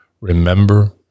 remember